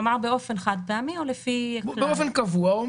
כלומר באופן חד-פעמי או באופן קבוע.